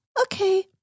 okay